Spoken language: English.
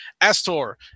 Astor